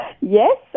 Yes